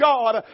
God